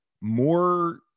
more